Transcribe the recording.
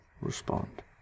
respond